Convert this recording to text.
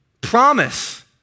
promise